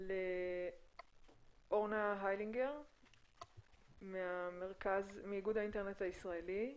לאורנה היילינגר מאיגוד האינטרנט הישראלי,